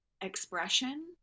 expression